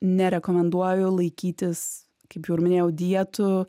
nerekomenduoju laikytis kaip jau ir minėjau dietų